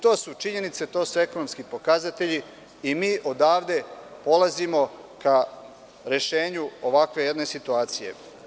To su činjenice, to su ekonomski pokazatelji i mi odavde polazimo ka rešenju ovakve jedne situacije.